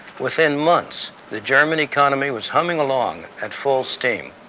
within months, the german economy was humming along at full steam.